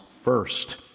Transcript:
first